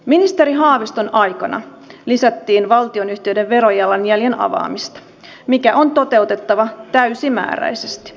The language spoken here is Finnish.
ministeri haaviston aikana lisättiin valtionyhtiöiden verojalanjäljen avaamista mikä on toteutettava täysimääräisesti